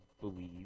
believe